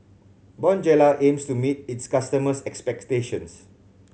bonjela aims to meet its customers' expectations